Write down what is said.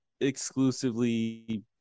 exclusively